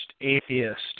atheist